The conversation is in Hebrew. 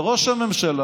ראש הממשלה,